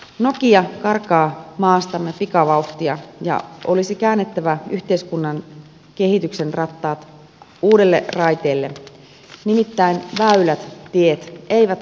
nokia karkaa maastamme pikavauhtia ja olisi käännettävä yhteiskunnan kehityksen rattaat uudelle raiteelle nimittäin väylät tiet eivät karkaa kiinaan